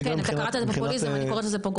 אתה קראת לזה פופוליזם, אני קוראת לזה פוגרום.